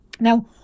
Now